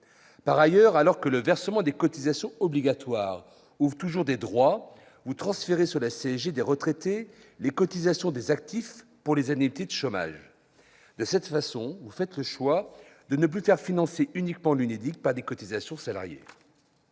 Par ailleurs, alors que le versement des cotisations obligatoires ouvre toujours des droits, vous transférez sur la CSG des retraités les cotisations des actifs pour les indemnités de chômage. De cette façon, vous faites le choix de ne plus financer uniquement l'UNEDIC par les cotisations des salariés.